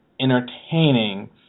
entertaining